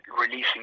releasing